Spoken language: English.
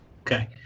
Okay